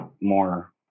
more